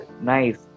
nice